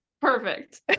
perfect